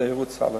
זה ירוץ הלאה.